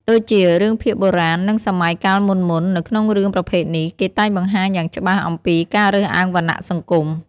ដូចជា រឿងភាគបុរាណ និងសម័យកាលមុនៗ នៅក្នុងរឿងប្រភេទនេះ គេតែងបង្ហាញយ៉ាងច្បាស់អំពីការរើសអើងវណ្ណៈសង្គម។